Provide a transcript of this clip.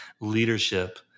leadership